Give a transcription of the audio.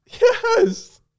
Yes